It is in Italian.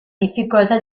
difficoltà